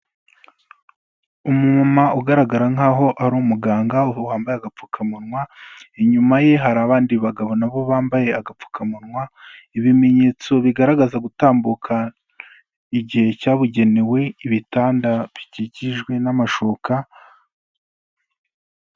Umumama ugaragara nk'aho ari umuganga wambaye agapfukamunwa, inyuma ye hari abandi bagabo nabo bambaye agapfukamunwa, ibimenyetso bigaragaza gutambuka igihe cyabugenewe ibitanda bikikijwe n'amashuka...